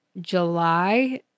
July